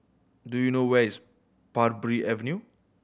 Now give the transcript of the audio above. do you know where is Parbury Avenue